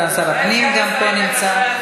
גם סגן שר הפנים נמצא פה.